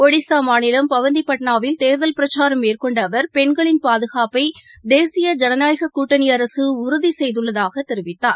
ஒடிஷாமாநிலம் பவந்திபட்னாவில் தேர்தல் பிரச்சாரம் மேற்கொண்டஅவர் பெண்களின் பாதுகாப்பைதேசிய ஜனநாயககூட்டணிஅரசுஉறுதிசெய்துள்ளதாகதெரிவித்தார்